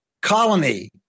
colony